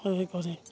হেৰি কৰে